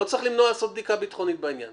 לא צריך למנוע לעשות בדיקה ביטחונית בעניין.